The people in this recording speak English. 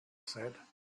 said